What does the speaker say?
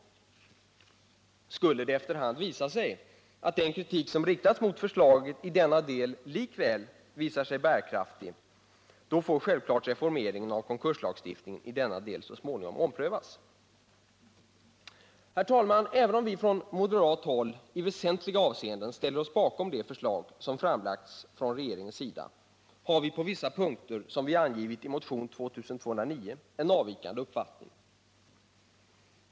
Skulle det efter hand visa sig att den kritik som riktats mot förslaget i denna del likväl är bärkraftig, då får självfallet reformeringen av konkurslagstiftningen i denna del så småningom omprövas. Herr talman! Även om vi från moderat håll i väsentliga avseenden ställer oss bakom det förslag som framlagts från regeringens sida har vi på vissa punkter, som vi angivit i motion 2209, en avvikande uppfattning.